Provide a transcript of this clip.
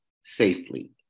safely